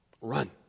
Run